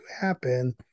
happen